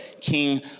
king